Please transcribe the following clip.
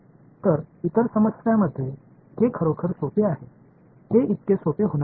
तर इतर समस्यांमध्ये हे खरोखर सोपे आहे हे इतके सोपे होणार नाही